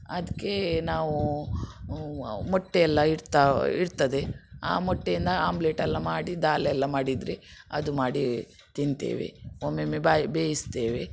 ಅದ್ಕೆ ನಾವು ಮೊಟ್ಟೆಯೆಲ್ಲಾ ಇಡ್ತಾ ಇಡ್ತದೆ ಆ ಮೊಟ್ಟೆಯಿಂದ ಆಮ್ಲೆಟೆಲ್ಲಾ ಮಾಡಿ ದಾಲ್ ಎಲ್ಲಾ ಮಾಡಿದರೆ ಅದು ಮಾಡಿ ತಿಂತೇವೆ ಒಮ್ಮೊಮ್ಮೆ ಬಾಯಿ ಬೇಯಿಸ್ತೇವೆ